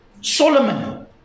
Solomon